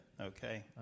Okay